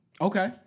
Okay